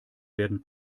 werden